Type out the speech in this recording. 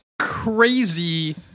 crazy